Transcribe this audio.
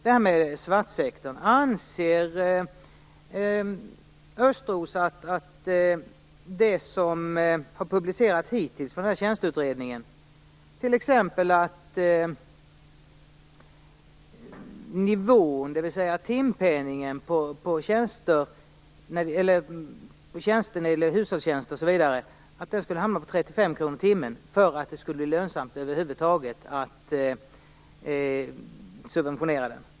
Vad anser Thomas Östros om det som hittills publicerats av tjänsteutredningen, t.ex. att timpenningen på hushållstjänster osv. skulle behöva vara 35 kr i timmen för att det över huvud taget skulle vara lönsamt att subventionera dem?